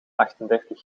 achtendertig